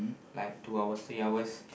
like two hours three hours